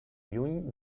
lluny